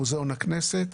מוזיאון הכנסת,